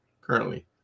currently